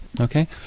Okay